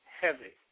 heavy